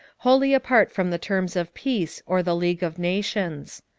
wholly apart from the terms of peace or the league of nations.